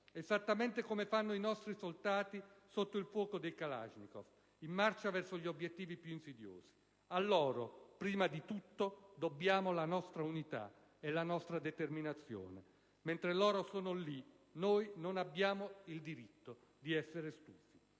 esattamente come fanno i nostri soldati sotto il fuoco dei kalashnikov, in marcia verso gli obiettivi più insidiosi. A loro prima di tutto dobbiamo la nostra unità e la nostra determinazione. Mentre loro sono lì, noi non abbiamo il diritto di essere stufi.